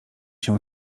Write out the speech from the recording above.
się